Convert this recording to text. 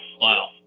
Wow